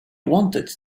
wanted